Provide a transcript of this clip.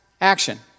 action